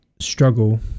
struggle